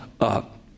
up